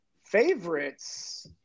favorites